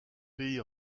pays